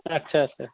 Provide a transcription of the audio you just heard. आच्चा आच्चा